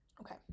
okay